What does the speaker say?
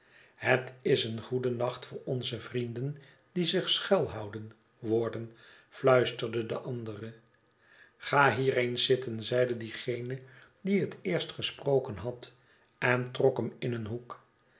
het is een goede nacht voor onze vrienden die zich schuil houden warden fluisterde de andere ga hier eens zitten zeide degene die het eerst gesproken had en trok hem in eenhoek